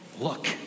look